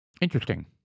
Interesting